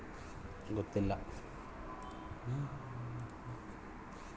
ಕೇಟ ಮುತ್ತಿಕೊಳ್ಳುವಿಕೆ ತಡೆಯಲು ಬಿತ್ತುವ ಮೊದಲು ತೆಗೆದುಕೊಳ್ಳಬೇಕಾದ ಕ್ರಮಗಳೇನು?